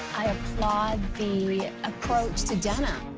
i applaud the approach to denim,